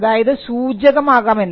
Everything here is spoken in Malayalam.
അതായത് സൂചകം ആകാം എന്ന്